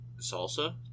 Salsa